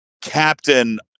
Captain